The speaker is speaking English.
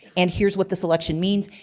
and here's what this election means.